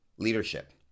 Leadership